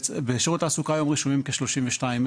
בשירות התעסוקה היום רשומים כ-32,000